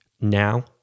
now